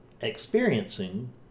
experiencing